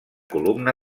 columna